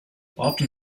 often